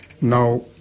now